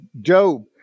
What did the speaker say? Job